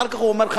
אחר כך הוא אומר לך